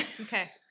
Okay